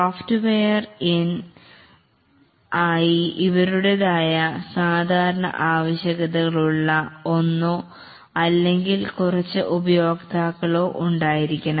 software ആയി അവരുടേതായ സാധാരണ ആവശ്യകതകൾ ഉള്ള ഒന്നോ അല്ലെങ്കിൽ കുറച്ച് ഉപയോക്താക്കളും ഉണ്ടായിരിക്കാം